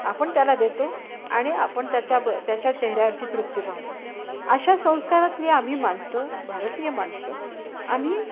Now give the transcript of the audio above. आपण त्याला देतो आणि आपण त्याच्या ब त्याच्या चेहऱ्यावरची तृप्ती पाहतो अशा संस्कारातली आम्ही माणसं भारतीय माणसं आम्ही